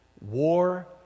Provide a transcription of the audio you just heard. war